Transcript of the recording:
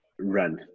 run